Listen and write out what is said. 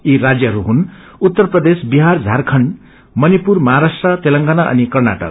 यी राज्यहरू हुनु उत्तर प्रदेश विहार झारखण्ड मणिपुर महाराष्ट्र तेलेगाना अनि कर्नाटक